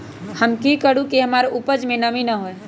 हम की करू की हमार उपज में नमी होए?